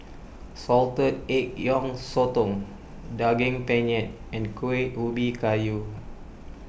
Salted Egg Yolk Sotong Daging Penyet and Kueh Ubi Kayu